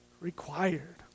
required